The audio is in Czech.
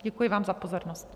Děkuji vám za pozornost.